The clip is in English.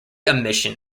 emission